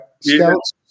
Scouts